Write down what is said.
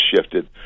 shifted